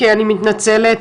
אני מתנצלת,